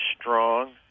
strong